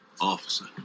Officer